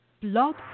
Blog